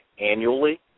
annually